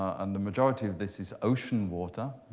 and the majority of this is ocean water.